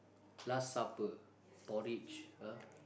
last supper porridge !huh!